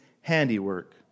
handiwork